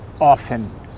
often